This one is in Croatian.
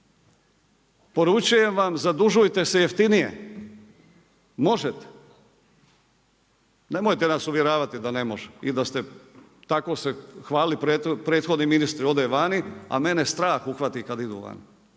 Poručujem vam, zadužujte se jeftinije, možete. Nemojte nas uvjeravati da ne može, i da se, tako se hvalili prethodni ministri, ode vani, a mene strah uhvati kad idu vani.